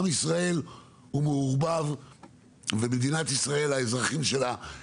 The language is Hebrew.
עם ישראל מעורבב והאזרחים של מדינת ישראל שונים,